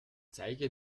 zeige